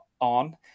on